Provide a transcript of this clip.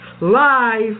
live